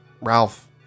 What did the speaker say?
Ralph